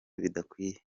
bidakwiye